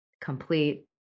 complete